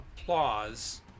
applause